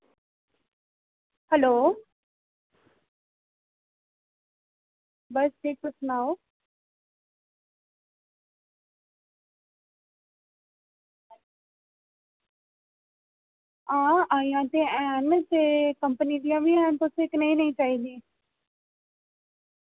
hello बस ठीक तुस सनाओ आं आइयां ते हैन ते कंपनी दी ही हैन ते तुसें कनेही नेहीं चाहिदी